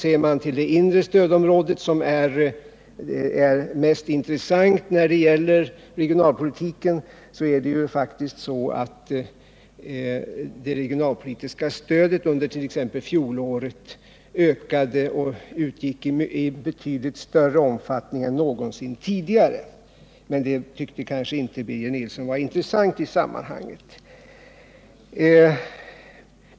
Om vi ser till det inre stödområdet, som är mest intressant när det gäller regionalpolitiken, finner vi att det regionalpolitiska stödet faktiskt ökade under t.ex. fjolåret och utgick i betydligt större omfattning än någonsin tidigare. Men det tyckte kanske inte Birger Nilsson var intressant i sammanhanget.